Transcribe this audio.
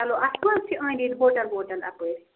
چلو اَتھ مٲ حظ چھِ أندۍ أندۍ ہوٹَل ووٹَل اَپٲرۍ